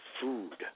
food